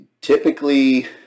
typically